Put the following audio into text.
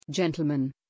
gentlemen